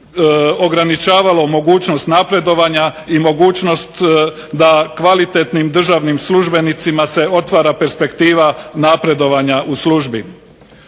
ograničavalo mogućnost napredovanja, i mogućnost da kvalitetnim državnim službenicima se otvara perspektiva napredovanja u službi.